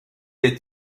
est